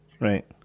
right